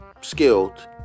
skilled